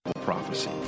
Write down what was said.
prophecy